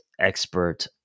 expert